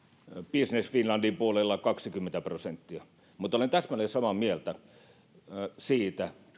business finlandin puolella kaksikymmentä prosenttia mutta olen täsmälleen samaa mieltä siitä